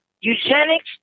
Eugenics